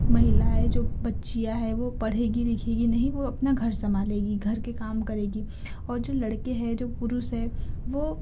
महिलाएँ जो बच्चियाँ है वो पढ़ेगी लिखेगी नहीं वो अपना घर संभालेगी घर के काम करेगी और जो लड़के हैं जो पुरुष हैं वो